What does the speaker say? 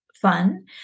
fun